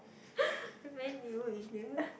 I mean you idiot